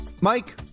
Mike